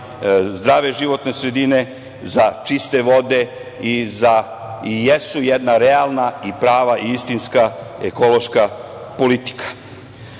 zdrave životne sredine, za čiste vode i jesu jedna realna, prava i istinska ekološka politika. Jagodina